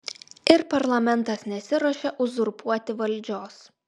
ir parlamentas nesiruošia uzurpuoti valdžios